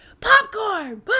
popcorn